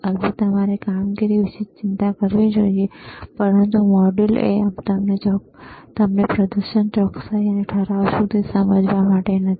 અલબત્ત અમારે કામગીરી વિશે ચિંતા કરવી જોઈએ પરંતુ મોડ્યુલ એ તમને પ્રદર્શન ચોકસાઈ ઠરાવ શું છે તે સમજવા માટે નથી